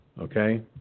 Okay